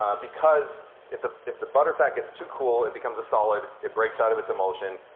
because if the if the butter fat gets too cool, it becomes a solid. it breaks out of its emulsion.